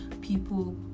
people